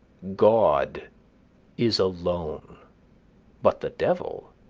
god is alone but the devil,